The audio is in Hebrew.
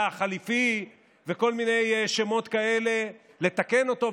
החליפי וכל מיני שמות כאלה לתקן אותו,